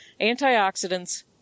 Antioxidants